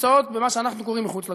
נמצאות במה שאנחנו קוראים מחוץ לגושים.